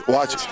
Watch